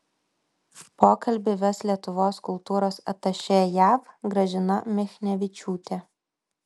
pokalbį ves lietuvos kultūros atašė jav gražina michnevičiūtė